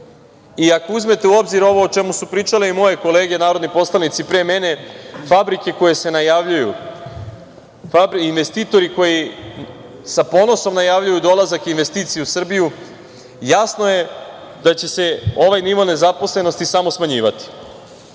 i ako uzmete u obzir ovo o čemu su pričale moje kolege narodni poslanici pre mene, fabrike koje se najavljuju, investitori koji sa ponosom najavljuju dolazak investicija u Srbiju, jasno je da će se ovaj nivo nezaposlenosti samo smanjivati.Međutim,